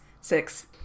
Six